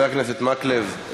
חבר הכנסת מקלב,